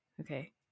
Okay